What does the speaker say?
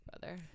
brother